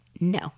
no